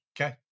Okay